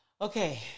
Okay